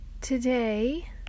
Today